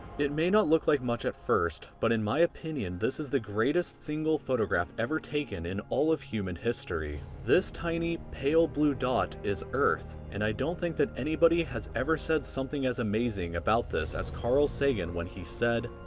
it may not look like much at first, but in my opinion this is the greatest single photograph ever taken in all of human history. this tiny pale blue dot is earth and i don't think that anybody has ever said something as amazing about this as carl sagan when he said,